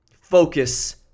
focus